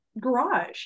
garage